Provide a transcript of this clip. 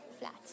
flat